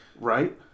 right